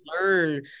learn